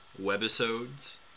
webisodes